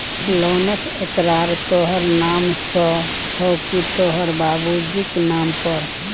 लोनक एकरार तोहर नाम सँ छौ की तोहर बाबुजीक नाम पर